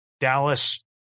Dallas